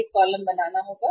हमें कॉलम बनाना होगा